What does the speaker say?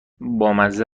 بامزه